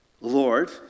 Lord